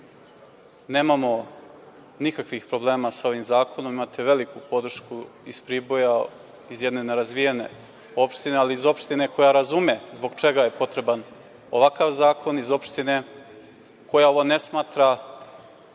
nemamo nikakvih problema sa ovim zakonom. Imate veliku podršku iz Priboja, iz jedne nerazvijene opštine ali iz opštine koja razume zbog čega je potreban ovakav zakon iz opštine, koja ovaj zakon ne smatra